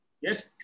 Yes